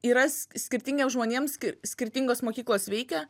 yra s skirtingiems žmonėms skirtingos mokyklos veikia